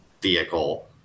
vehicle